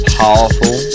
powerful